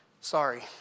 Sorry